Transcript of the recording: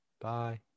Bye